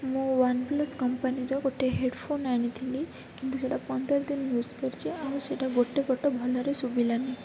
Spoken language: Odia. ମୁଁ ୱାନ୍ ପ୍ଲସ୍ କମ୍ପାନୀର ଗୋଟେ ହେଡ଼୍ଫୋନ୍ ଆଣିଥିଲି କିନ୍ତୁ ସେଇଟା ପନ୍ଦର ଦିନ ୟୁଜ୍ କରିଛି ଆଉ ସେଇଟା ଗୋଟେ ପଟେ ଭଲରେ ଶୁଭିଲାନି